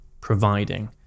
providing